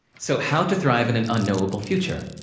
so, how to thrive in an unknowable future.